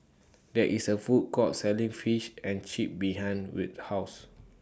There IS A Food Court Selling Fish and Chips behind Wirt's House